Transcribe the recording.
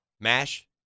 MASH